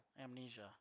amnesia